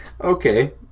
Okay